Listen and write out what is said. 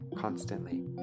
constantly